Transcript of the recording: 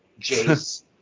Jace